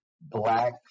Black